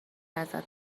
ازت